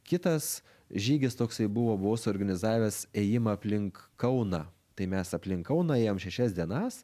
kitas žygis toksai buvo buvau suorganizavęs ėjimą aplink kauną tai mes aplink kauną ėjom šešias dienas